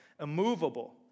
immovable